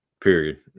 Period